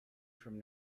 from